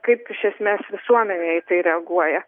kaip iš esmės visuomenė į tai reaguoja